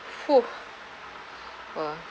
!fuh! !wah!